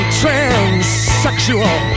transsexual